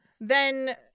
then-